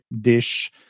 dish